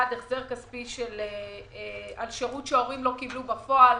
הנושא הראשון הוא החזר כספי על שירות שההורים לא קיבלו בפועל.